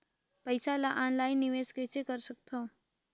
पईसा ल ऑनलाइन निवेश कइसे कर सकथव?